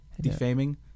Defaming